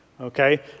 Okay